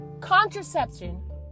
contraception